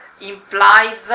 implies